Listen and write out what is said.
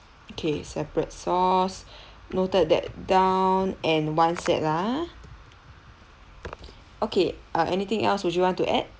okay separate sauce noted that down and one set ah okay uh anything else would you want to add